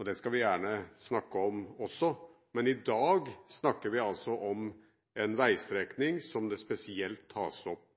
og det skal vi gjerne snakke om også, men i dag snakker vi altså om en spesiell veistrekning, og om det er riktig å bygge firefeltsvei, fordi dette er en strekning som